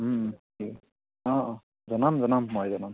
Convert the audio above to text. ঠিক আছে অঁ অঁ জনাম জনাম মই জনাম